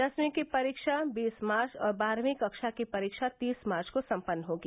दसवीं की परीक्षा बीस मार्च और बारहवीं कक्षा की परीक्षा तीस मार्च को सम्पन्न होगी